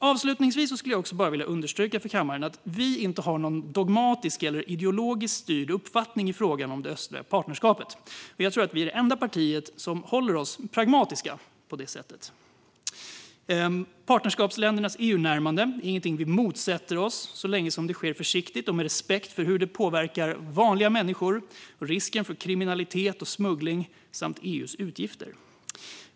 Avslutningsvis skulle jag inför kammaren vilja understryka att vi inte har någon dogmatisk eller ideologiskt styrd uppfattning i frågan om det östliga partnerskapet. Jag tror att vi är det enda parti som håller sig pragmatiskt på det sättet. Partnerskapsländernas EU-närmande är inget vi motsätter oss, så länge som det sker försiktigt och med respekt för hur det påverkar vanliga människor, risken för kriminalitet och smuggling samt EU:s utgifter.